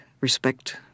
respect